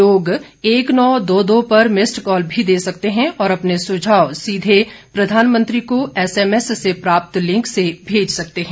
लोग एक नौ दो दो पर मिस्ड कॉल भी दे सकते हैं और अपने सुझाव सीधे प्रधानमंत्री को एसएमएस में प्राप्त लिंक से भेज सकते हैं